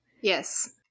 Yes